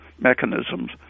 mechanisms